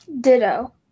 ditto